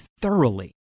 thoroughly